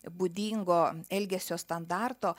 būdingo elgesio standarto